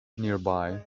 nearby